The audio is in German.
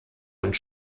und